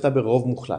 זכתה ברוב מוחלט.